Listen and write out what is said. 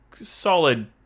Solid